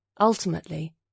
Ultimately